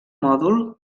mòdul